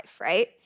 right